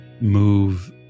move